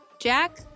Jack